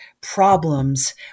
problems